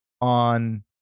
on